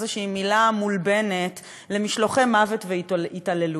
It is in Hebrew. איזו מילה מולבנת למשלוחי מוות והתעללות.